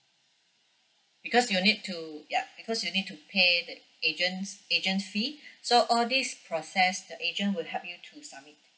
because you need to yup because you need to pay the agent agent fee so all this process the agent will help you to submit